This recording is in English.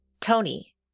Tony